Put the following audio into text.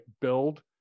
build